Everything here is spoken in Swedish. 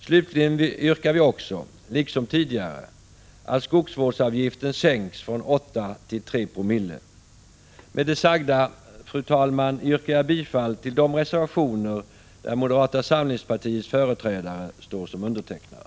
Slutligen yrkar vi också, liksom tidigare, att skogsvårdsavgiften sänks från 8 till 3 Ko. Med det sagda yrkar jag bifall till de reservationer där moderata samlingspartiets företrädare står som undertecknare.